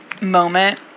moment